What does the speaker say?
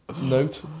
note